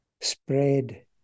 spread